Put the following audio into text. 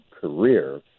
career